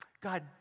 God